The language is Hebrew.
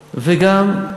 וגם,